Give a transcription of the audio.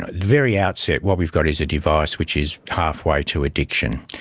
ah very outset what we've got is a device which is halfway to addiction.